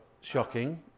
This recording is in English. shocking